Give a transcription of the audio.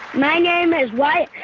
my name is wyatt,